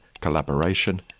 collaboration